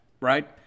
right